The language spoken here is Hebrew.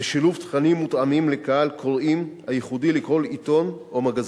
בשילוב תכנים מותאמים לקהל הקוראים הייחודי לכל עיתון או מגזין.